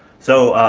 so